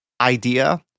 idea